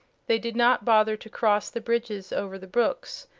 they did not bother to cross the bridges over the brooks,